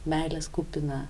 meilės kupiną